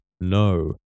no